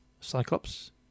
Cyclops